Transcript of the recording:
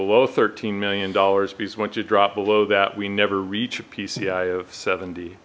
below thirteen million dollars because once you drop below that we never reach a pci of seventy